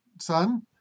son